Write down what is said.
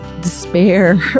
despair